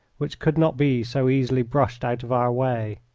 which could not be so easily brushed out of our way.